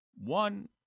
One